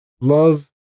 love